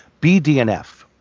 bdnf